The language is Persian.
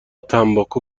تنباکو